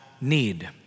need